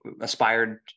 aspired